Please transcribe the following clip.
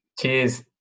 Cheers